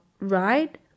right